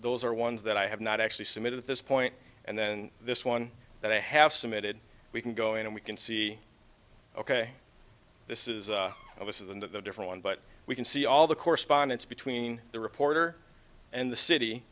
those are ones that i have not actually submitted at this point and then this one that i have submitted we can go in and we can see ok this is of us of the different one but we can see all the correspondence between the reporter and the city